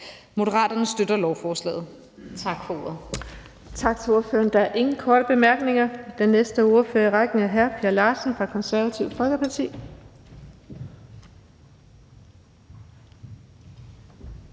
14:43 Den fg. formand (Birgitte Vind): Tak til ordføreren. Der er ingen korte bemærkninger. Den næste ordfører i rækken er hr. Per Larsen, Det Konservative Folkeparti.